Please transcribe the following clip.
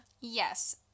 Yes